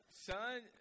Son